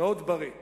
בריא מאוד.